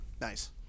Nice